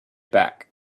back